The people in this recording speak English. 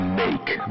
make